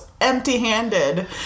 empty-handed